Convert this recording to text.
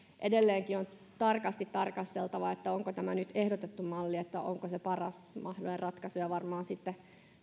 edelleenkin on tarkasti tarkasteltava onko tämä nyt ehdotettu malli se paras mahdollinen ratkaisu varmaan sitten